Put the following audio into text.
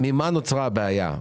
ממה נוצרה הבעיה?